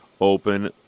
Open